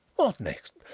what next!